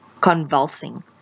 convulsing